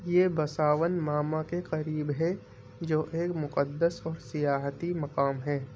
یہ بساون ماما کے قریب ہے جو ایک مقدس اور سیاحتی مقام ہے